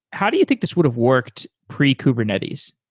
how do you think this would've worked pre kubernetes?